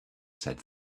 said